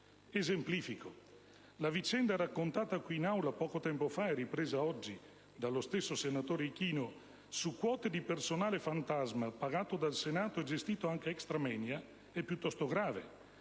la vicenda raccontata in Aula poco tempo fa, e ripresa oggi dallo stesso senatore Ichino, su quote di personale fantasma, pagato dal Senato e gestito anche *extra moenia,* è piuttosto grave.